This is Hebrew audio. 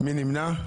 מי נמנע?